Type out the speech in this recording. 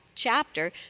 chapter